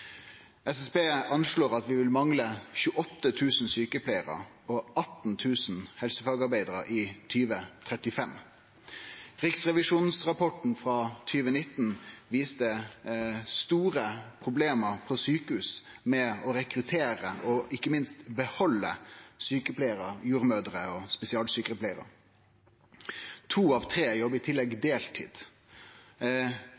SSB anslår at vi vil mangle 28 000 sjukepleiarar og 18 000 helsefagarbeidarar i 2035. Riksrevisjonsrapporten frå 2019 viste store problem på sjukehus med å rekruttere og ikkje minst behalde sjukepleiarar, jordmødrer og spesialsjukepleiarar. To av tre jobbar i tillegg